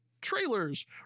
trailers